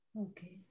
Okay